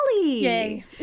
yay